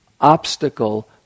obstacle